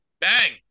Bang